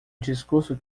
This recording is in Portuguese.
discurso